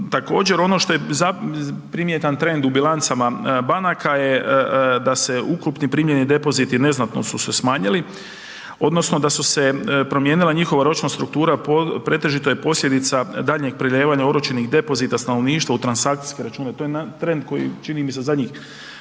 Također ono što je primjetan trend u bilancama banka je da se ukupni primljeni depoziti neznatno su se smanjili odnosno da su se promijenila njihova ročna struktura, pretežito je posljedica daljnjeg prelijevanja oročenih depozita stanovništva u transakcijske račune. To je trend koji čini mi se zadnjih